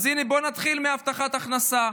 אז הינה, בואו נתחיל מהבטחת הכנסה: